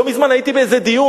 לא מזמן הייתי באיזה דיון,